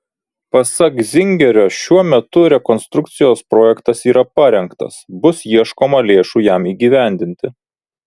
pasak zingerio šiuo metu rekonstrukcijos projektas yra parengtas bus ieškoma lėšų jam įgyvendinti